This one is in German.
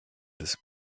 des